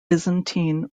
byzantine